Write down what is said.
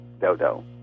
Dodo